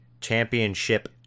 championship